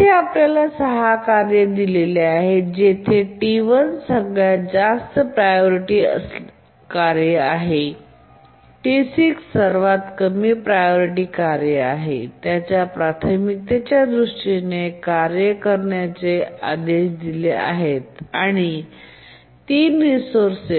येथे आपल्याकडे 6 कार्ये आहेत जेथे T1 सर्वात जास्त प्रायोरिटी कार्य आहे तर T6 सर्वात कमी आहे आणि त्यांच्या प्राथमिकतेच्या दृष्टीने कार्य करण्याचे आदेश दिले आहेत आणि 3 रिसोर्स